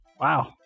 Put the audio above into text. Wow